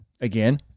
Again